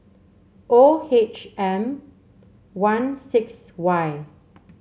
O H M one six Y